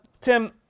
Tim